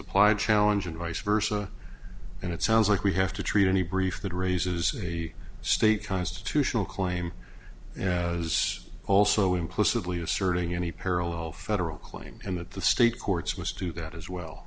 applied challenge and vice versa and it sounds like we have to treat any brief that raises a state constitutional claim and is also implicitly asserting any parallel federal claim and that the state courts wish to that as well